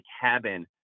cabin